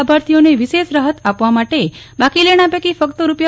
લાભાર્થીઓને વિશેષ રાહત આપવા માટે બાકી લેણાં પૈકી ફક્ત રૂા